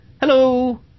hello